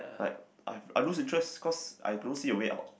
like I I lose interest cause I don't see a way out